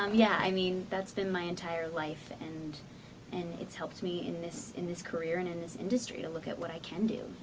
um yeah. i mean, that's been my entire life and and it's helped me in this in this career, and and industry, to look at what i can do.